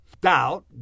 doubt